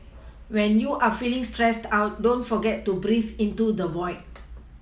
when you are feeling stressed out don't forget to breathe into the void